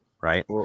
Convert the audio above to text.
right